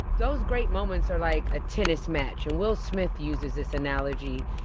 those great moments are like a tennis match. and will smith uses this analogy